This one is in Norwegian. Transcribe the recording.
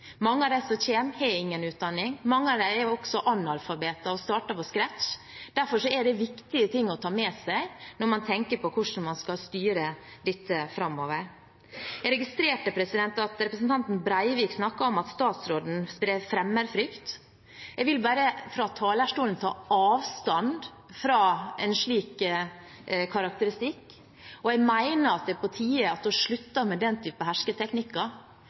Mange av dem som kommer, har ingen utdanning. Mange av dem er også analfabeter og starter på scratch. Derfor er det viktige ting å ta med seg når man tenker på hvordan man skal styre dette framover. Jeg registrerte at representanten Breivik snakket om at statsråden sprer fremmedfrykt. Jeg vil bare fra talerstolen ta avstand fra en slik karakteristikk, og jeg mener at det er på tide at vi slutter med den typen hersketeknikker.